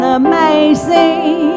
amazing